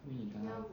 因为你刚刚